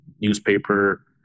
Newspaper